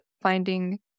finding